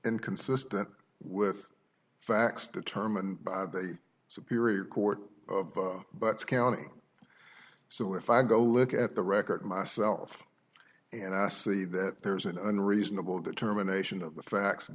inconsistent with facts determined by the superior court of butts county so if i go look at the record myself and i see that there's an unreasonable determination of the facts